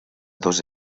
dos